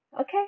okay